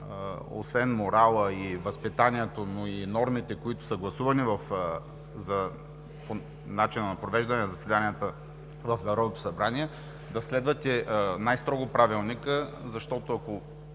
освен морала и възпитанието и нормите, които са гласувани за начина на провеждане на заседанията в Народното събрание, да следвате най-строго Правилника, защото, ако